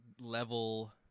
level